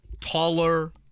taller